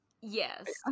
yes